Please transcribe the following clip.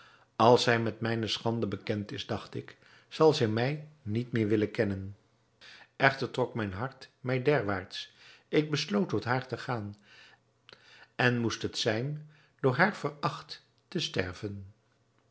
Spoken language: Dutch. als zij met mijne schande bekend is dacht ik zal zij mij niet meer willen kennen echter trok mijn hart mij derwaarts ik besloot tot haar te gaan en moest het zijn door haar veracht te sterven